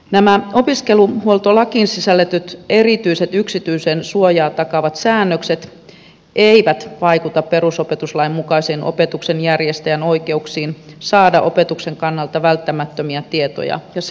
nämä opiskelijahuoltolakiin sisällytetyt erityiset yksityisyydensuojaa takaavat säännökset eivät vaikuta perusopetuslain mukaisiin opetuksen järjestäjän oikeuksiin saada opetuksen kannalta välttämättömiä tietoja ja se on hyvä